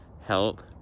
help